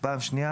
פעם שנייה